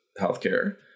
healthcare